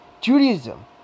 Judaism